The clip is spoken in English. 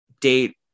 date